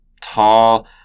tall